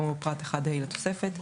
כאמור בפרט 1(ה) לתוספת,